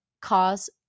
cause